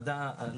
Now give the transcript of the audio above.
על